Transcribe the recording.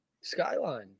Skyline